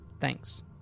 Thanks